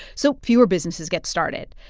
so fewer businesses get started.